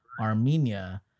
Armenia